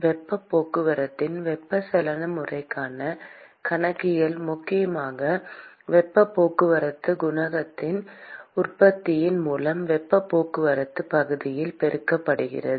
வெப்பப் போக்குவரத்தின் வெப்பச்சலன முறைக்கான கணக்கியல் முக்கியமாக வெப்பப் போக்குவரத்துக் குணகத்தின் உற்பத்தியின் மூலம் வெப்பப் போக்குவரத்துப் பகுதியால் பெருக்கப்படுகிறது